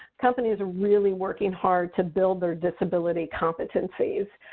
companies are really working hard to build their disability competencies.